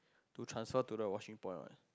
to transfer to the washing point what